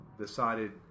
decided